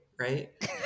right